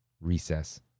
Recess